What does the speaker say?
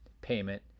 payment